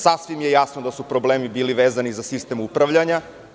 Sasvim je jasno da su problemi bili vezani za sistem upravljanja.